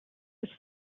was